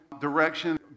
direction